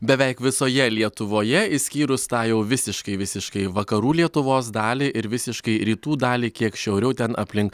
beveik visoje lietuvoje išskyrus tą jau visiškai visiškai vakarų lietuvos dalį ir visiškai rytų dalį kiek šiauriau ten aplink